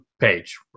page